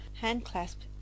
hand-clasp